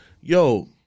yo